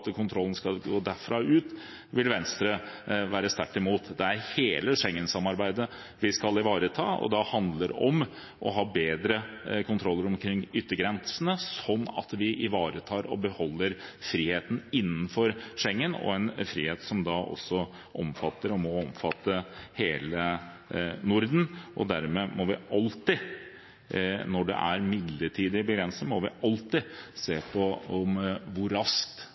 at kontrollen skal gå derfra og ut, vil Venstre være sterkt imot. Det er hele Schengen-samarbeidet vi skal ivareta, og da handler det om å ha bedre kontroller omkring yttergrensene, slik at vi ivaretar og beholder friheten innenfor Schengen, en frihet som da også omfatter og må omfatte hele Norden. Og når det er midlertidige grensekontroller, må vi alltid se på hvor raskt